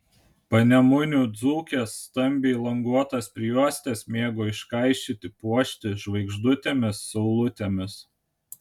panemunių dzūkės stambiai languotas prijuostes mėgo iškaišyti puošti žvaigždutėmis saulutėmis